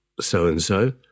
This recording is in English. so-and-so